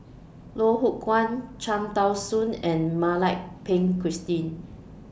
Loh Hoong Kwan Cham Tao Soon and Mak Lai Peng Christine